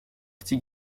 petit